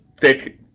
thick